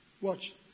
watch